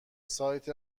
سایت